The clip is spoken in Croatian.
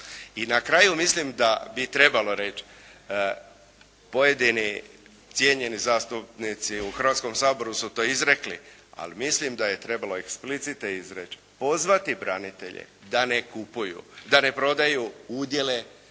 I na kraju mislim da bi trebalo reći, pojedini cijenjeni zastupnici u Hrvatskom saboru su to izrekli, ali mislim da je trebalo explicite izreći, pozvati branitelje da ne prodaju udijele,